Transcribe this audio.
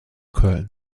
köln